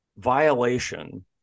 Violation